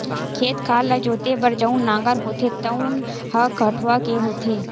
खेत खार ल जोते बर जउन नांगर होथे तउन ह कठवा के होथे